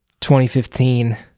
2015